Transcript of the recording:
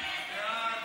ההצעה